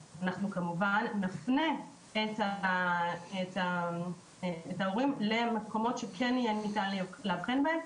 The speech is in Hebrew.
נפנה את ההורים למקומות שכן יהיה ניתן לאבחן בהם,